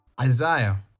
Isaiah